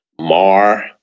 mar